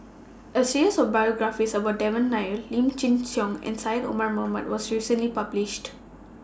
A series of biographies about Devan Nair Lim Chin Siong and Syed Omar Mohamed was recently published